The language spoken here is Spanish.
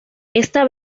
esta